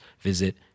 visit